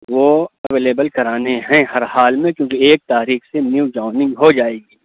وہ اویلیبل کرانے ہیں ہر حال میں کیونکہ ایک تاریخ سے نیو جوائننگ ہو جائے گی